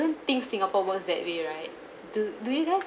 think singapore works that way right do do you guys